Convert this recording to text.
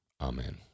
amen